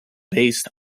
based